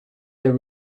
there